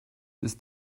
ist